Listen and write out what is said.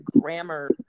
grammar